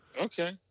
Okay